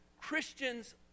christians